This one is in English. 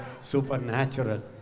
supernatural